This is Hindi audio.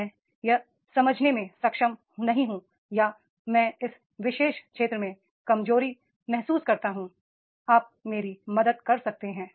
मैं यह समझने में सक्षम नहीं हूं या मैं इस विशेष क्षेत्र में कमजोरी महसूस करता हूं आप मेरी मदद कैसे कर सकते हैं